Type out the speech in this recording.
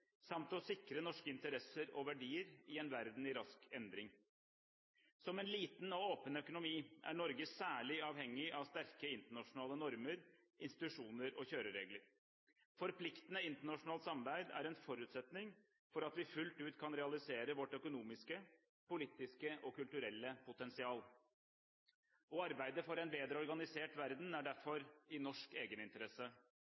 samt å sikre norske interesser og verdier i en verden i rask endring. Som en liten og åpen økonomi er Norge særlig avhengig av sterke internasjonale normer, institusjoner og kjøreregler. Forpliktende internasjonalt samarbeid er en forutsetning for at vi fullt ut kan realisere vårt økonomiske, politiske og kulturelle potensial. Å arbeide for en bedre organisert verden er